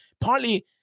Partly